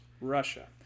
Russia